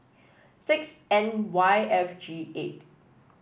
six N Y F G eight